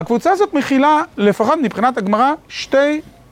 הקבוצה הזאת מכילה לפחד מבחינת הגמרא שתי...